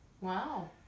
Wow